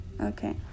Okay